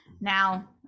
Now